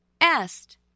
est